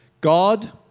God